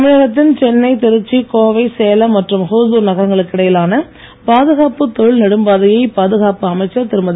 தமிழத்தின் சென்னை திருச்சி கோவை சேலம் மற்றும் ஓசூர் நகரங்களுக்கு இடையிலான பாதுகாப்புத் தொழில் நெடும்பாதையை பாதுகாப்பு அமைச்சர் திருமதி